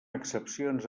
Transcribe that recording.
excepcions